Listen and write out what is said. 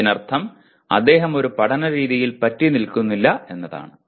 അതിനർത്ഥം അദ്ദേഹം ഒരു പഠനരീതിയിൽ പറ്റിനിൽക്കുന്നില്ല എന്നാണ്